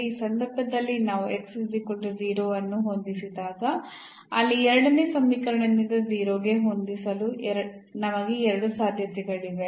ಈ ಸಂದರ್ಭದಲ್ಲಿ ನಾವು ಅನ್ನು ಹೊಂದಿಸಿದಾಗ ಅಲ್ಲಿ ಎರಡನೇ ಸಮೀಕರಣದಿಂದ 0 ಗೆ ಹೊಂದಿಸಲು ನಮಗೆ ಎರಡು ಸಾಧ್ಯತೆಗಳಿವೆ